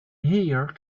here